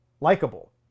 likable